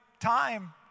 time